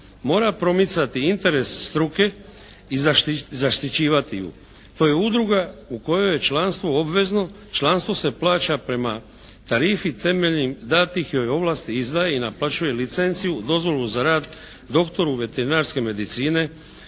mora promicati interes struke i zaštićivati ju. To je udruga u kojoj je članstvo obvezno. Članstvo se plaća prema tarifi. Temeljem datih joj ovlasti izdaje i naplaćuje licenciju, dozvolu za rad doktoru veterinarske medicine